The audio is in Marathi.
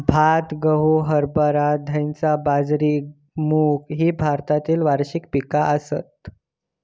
भात, गहू, हरभरा, धैंचा, बाजरी, मूग ही भारतातली वार्षिक पिका आसत